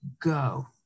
go